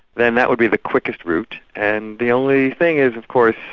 then that would be the quickest route, and the only thing is of course,